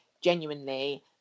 genuinely